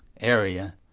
area